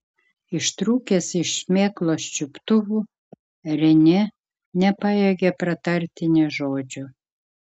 ištrūkęs iš šmėklos čiuptuvų renė nepajėgė pratarti nė žodžio